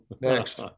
next